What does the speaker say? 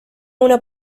una